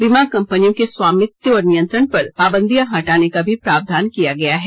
बीमा कंपनियों के स्वामित्व और नियंत्रण पर पाबंदियां हटाने का भी प्रावधान किया गया है